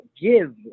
Give